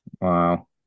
Wow